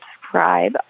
subscribe